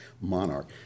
monarch